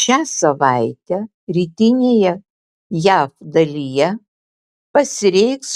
šią savaitę rytinėje jav dalyje pasireikš